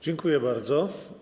Dziękuję bardzo.